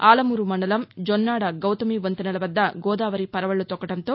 ఆలమూరు మండలం జొన్నాడ గౌతమి వంతెనల వద్ద గోదావరి పరవక్చు తొక్కడంతో